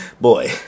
boy